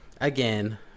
again